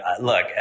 Look